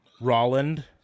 Roland